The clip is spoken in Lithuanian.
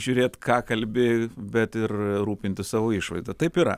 žiūrėt ką kalbi bet ir rūpintis savo išvaizda taip yra